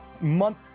Month